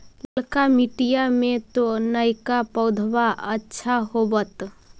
ललका मिटीया मे तो नयका पौधबा अच्छा होबत?